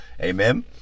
Amen